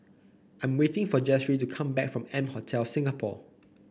I'm waiting for Jessye to come back from M Hotel Singapore